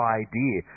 idea